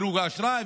דירוג האשראי,